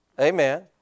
Amen